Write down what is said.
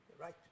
right